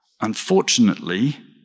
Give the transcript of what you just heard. Unfortunately